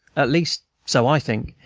at least so i think,